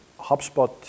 HubSpot